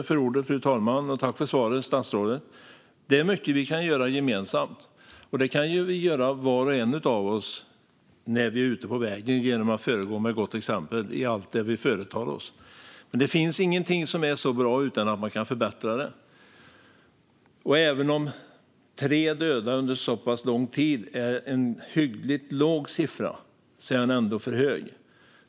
Fru talman! Tack för svaret, statsrådet! Det är mycket vi kan göra gemensamt. Det kan var och en av oss göra när vi är ute på vägen genom att föregå med gott exempel i allt vi företar oss. Men det finns ingenting som är så bra att det inte kan förbättras, och även om tre döda under en så pass lång tid är en hyggligt låg siffra är den ändå för hög.